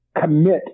commit